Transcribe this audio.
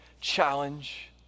challenge